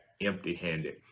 empty-handed